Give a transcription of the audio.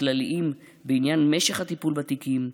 כלליים בעניין משך הטיפול בתיקים,